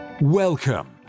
Welcome